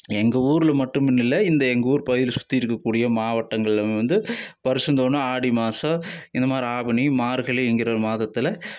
எங்கள் ஊரில் மட்டும்ன்னு இல்லை இந்த எங்கள் ஊர் பகுதியில் சுற்றி இருக்கக்கூடிய மாவட்டங்களில் வந்து வருஷந்தோறும் ஆடி மாதம் இந்த மாதிரி ஆவணி மார்கழி என்கிற மாதத்தில்